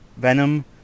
Venom